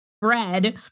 bread